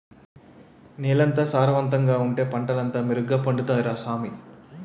నేలెంత సారవంతంగా ఉంటే పంటలంతా మెరుగ్గ పండుతాయ్ రా సామీ